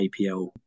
APL